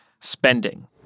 spending